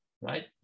right